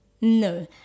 No